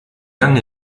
gang